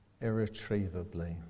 irretrievably